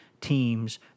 teams